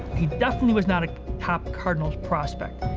he definitely was not a top cardinals prospect,